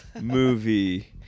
movie